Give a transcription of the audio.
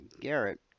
Garrett